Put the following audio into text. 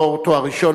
לא תואר ראשון,